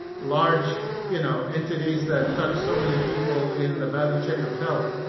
large, you know, entities that touch so many people in the value chain of health.